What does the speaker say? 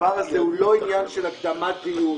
שהדבר הזה הוא לא עניין של הקדמת דיון.